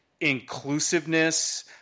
inclusiveness